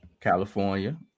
California